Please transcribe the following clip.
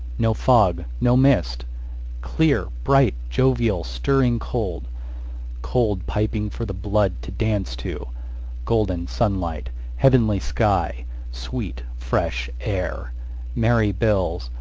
no fog, no mist clear, bright, jovial, stirring cold cold, piping for the blood to dance to golden sun-light heavenly sky sweet fresh air merry bells.